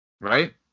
Right